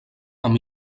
amb